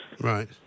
Right